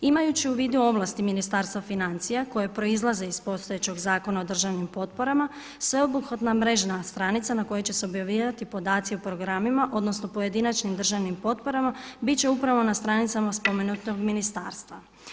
Imajući u vidu ovlasti Ministarstva financija koje proizlaze iz postojećeg zakona o državnim potporama, sveobuhvatna mrežna stranica na kojoj će se objavljivati podaci o programima odnosno pojedinačnim državnim potporama biti upravo na stranicama spomenutog ministarstva.